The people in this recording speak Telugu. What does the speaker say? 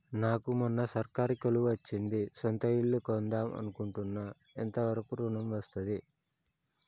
నాకు మొన్న సర్కారీ కొలువు వచ్చింది సొంత ఇల్లు కొన్దాం అనుకుంటున్నా ఎంత వరకు ఋణం వస్తది?